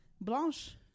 Blanche